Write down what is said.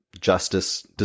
justice